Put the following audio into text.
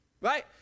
right